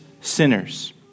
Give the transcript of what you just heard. sinners